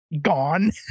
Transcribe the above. gone